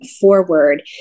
forward